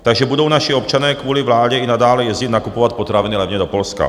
Takže budou naši občané kvůli vládě i nadále jezdit nakupovat potraviny levně do Polska.